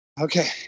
okay